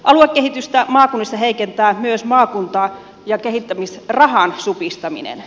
aluekehitystä maakunnissa heikentää myös maakunta ja kehittämisrahan supistaminen